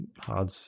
hard